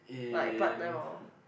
like part time loh